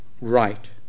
right